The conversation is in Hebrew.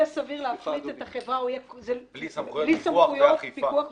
זה לא יהיה סביר להפריט את החברה --- בלי סמכויות פיקוח ואכיפה.